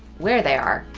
where they are,